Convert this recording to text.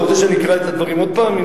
אתה רוצה שאקרא את הדברים עוד פעם?